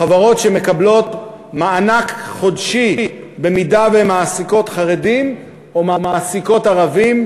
חברות שמקבלות מענק חודשי במידה שהן מעסיקות חרדים או מעסיקות ערבים,